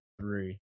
three